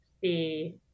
see